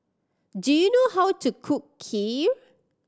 do you know how to cook Kheer